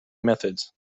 methods